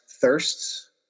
thirsts